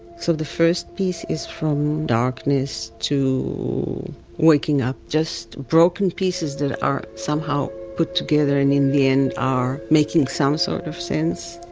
so the first piece is from darkness to waking up, just broken pieces that are somehow put together and in the end are making some sort of sense.